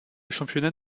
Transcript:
championnat